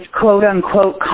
quote-unquote